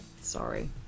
Sorry